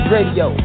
Radio